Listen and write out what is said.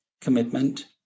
commitment